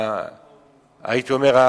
הייתי אומר,